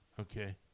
Okay